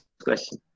question